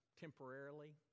temporarily